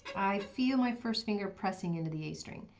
i feel my first finger pressing into the a string.